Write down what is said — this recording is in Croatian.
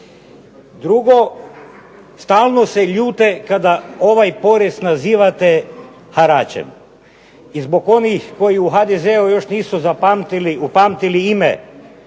Drugo, stalno se ljute kada ovaj porez nazivate haračem. I zbog onih koji u HDZ-u još nisu upamtili ime